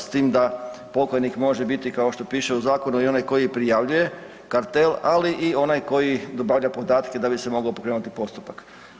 S tim da pokajnik može biti kao što piše u zakonu i onaj koji prijavljuje kartel, ali i onaj koji dobavlja podatke da bi se mogao pokrenuti postupak.